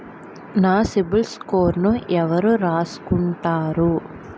నా సిబిల్ స్కోరును ఎవరు రాసుకుంటారు